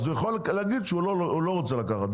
הוא יכול להגיד שהוא לא רוצה לקחת,